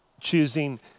choosing